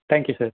thank you sir